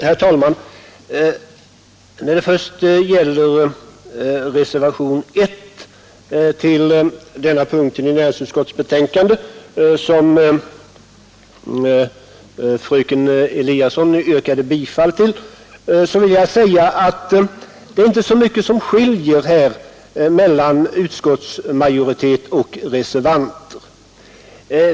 Herr talman! Vad först gäller denna punkt i näringsutskottets betänkande och reservationen 1, som fröken Eliasson yrkade bifall till, vill jag säga att det inte är mycket som skiljer i åsikterna mellan utskottsmajoriteten och reservanterna.